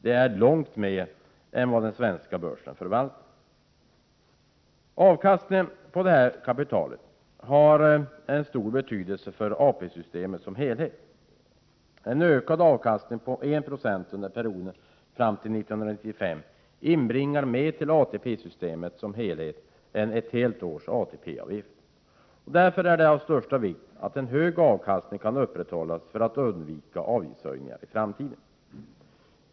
Det är långt mer än vad den svenska börsen förvaltar. Avkastningen på kapitalet har en stor betydelse för AP-systemet som helhet. En ökad avkastning på 1 76 under perioden fram till 1995 inbringar mer till ATP-systemet som helhet än ett helt års ATP-avgift. Därför är det av största vikt att en hög avkastning kan upprätthållas för att undvika avgiftshöjningar.